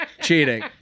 cheating